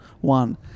One